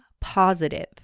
positive